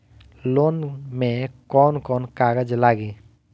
Loan में कौन कौन कागज लागी?